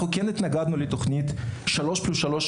אנחנו כן התנגדנו לתוכנית שלוש פלוס שלוש,